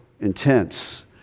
intense